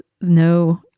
no